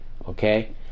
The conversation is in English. okay